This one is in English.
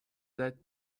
that